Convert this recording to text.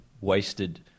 wasted